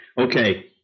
Okay